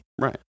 Right